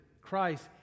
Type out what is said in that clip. Christ